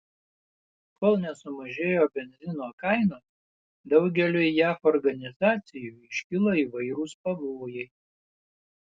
kol nesumažėjo benzino kainos daugeliui jav organizacijų iškilo įvairūs pavojai